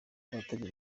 abategetsi